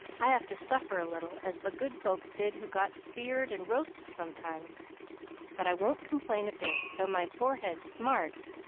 i have to suffer a little, as the good folks did who got speared and roasted sometimes but i won't complain a bit, though my forehead smarts,